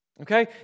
Okay